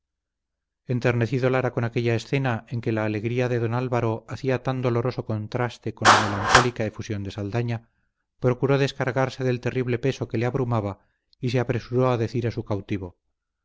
resucitado enternecido lara con aquella escena en que la alegría de don álvaro hacía tan doloroso contraste con la melancólica efusión de saldaña procuró descargarse del terrible peso que le abrumaba y se apresuró a decir a su cautivo